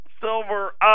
silver